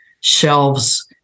shelves